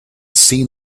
seen